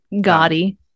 gaudy